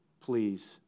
please